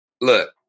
look